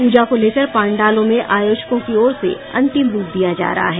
पूजा को लेकर पंडालों में आयोजकों की ओर से अंतिम रूप दिया जा रहा है